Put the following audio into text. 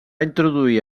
introduir